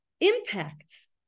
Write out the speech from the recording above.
impacts